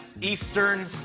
Eastern